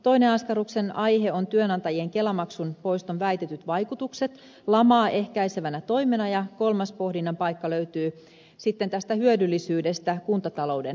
toinen askarruksen aihe on työnantajien kelamaksun poiston väitetyt vaikutukset lamaa ehkäisevänä toimena ja kolmas pohdinnan paikka löytyy sitten tästä hyödyllisyydestä kuntatalouden tukijana